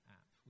app